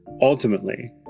Ultimately